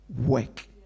work